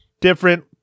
different